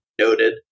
noted